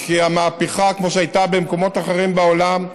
כי היא מהפכה כמו שהייתה במקומות אחרים בעולם.